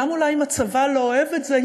גם אם הצבא לא אוהב את זה,